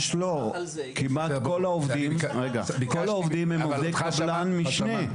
כמעט כל העובדים הם עובדי קבלן משנה.